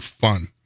fun